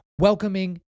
welcoming